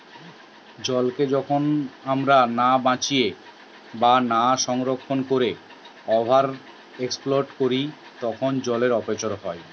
জলকে যখন আমরা না বাঁচাইয়া বা না সংরক্ষণ কোরিয়া ওভার এক্সপ্লইট করি তখন জলের অপচয় হয়